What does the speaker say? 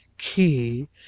key